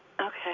Okay